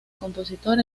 compositor